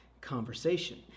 conversation